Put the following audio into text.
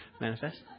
Manifest